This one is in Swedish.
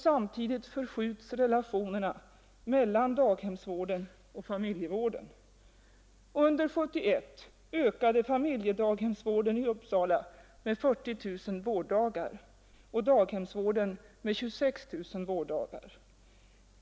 Samtidigt förskjuts relationerna mellan daghemsvården och familjevården. Under 1971 ökade familjedaghemsvården i Uppsala med 40 000 vårddagar och daghemsvården med 26 000 vårddagar.